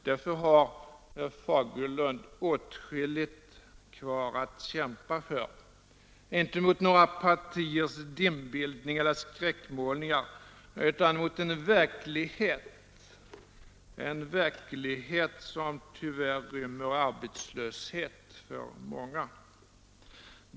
Därför har herr Fagerlund åtskilligt kvar att kämpa för — inte mot några partiers dimbildningar eller skräckmålningar utan mot en verklighet som tyvärr rymmer arbetslöshet för många.